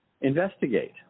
investigate